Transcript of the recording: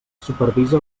supervisa